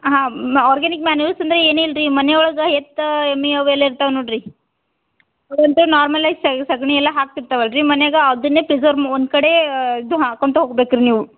ಹಾಂ organic manures ಸುಮ್ಮನೆ ಏನು ಇಲ್ರಿ ಮನೆಯೊಳಗೆ ಎತ್ತು ಎಮ್ಮೆ ಅವೆಲ್ಲ ಇರ್ತಾವೆ ನೋಡ್ರಿ ಅವು ಒಂಚೂರು ನಾರ್ಮಲ್ಲಾಗಿ ಸಗಣಿ ಎಲ್ಲ ಹಾಕ್ತಿರ್ತಾವೆ ಅಲ್ರಿ ಮನೆಯಾಗ ಅದನ್ನೆ ಪ್ರಿಸರ್ಮ್ ಒಂದು ಕಡೇ ಇದು ಹಾಕೊಂತ ಹೋಗ್ಬೇಕು ರೀ ನೀವು